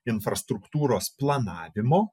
infrastruktūros planavimo